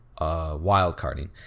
wildcarding